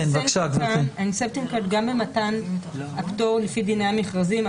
גם ממתן הפטור לפי דיני המכרזים,